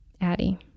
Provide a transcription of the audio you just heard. Addie